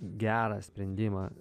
gerą sprendimą